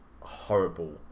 horrible